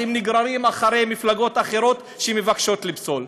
אז הם נגררים אחרי מפלגות אחרות שמבקשות לפסול.